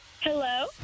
Hello